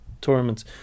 tournaments